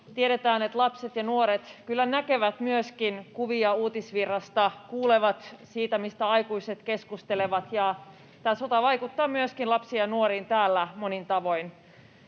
Tiedetään, että lapset ja nuoret kyllä näkevät myöskin kuvia uutisvirrasta, kuulevat sen, mistä aikuiset keskustelevat, ja tämä sota vaikuttaa myöskin lapsiin ja nuoriin täällä monin tavoin.